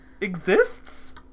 Exists